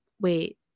wait